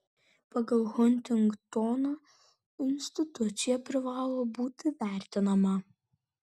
pagal huntingtoną institucija privalo būti vertinama